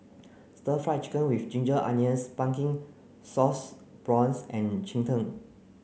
stir fried chicken with ginger onions pumpkin sauce prawns and Cheng Tng